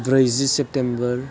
ब्रैजि सेप्तेम्बर